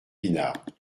pinard